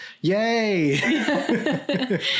yay